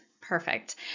Perfect